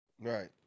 right